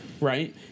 right